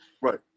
Right